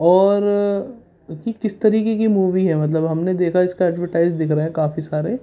اور کہ کس طرییکے کی مووی ہے مطلب ہم نے دیکھا اس کا ایڈورٹائز دکھ رہے ہیں کافی سارے